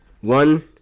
One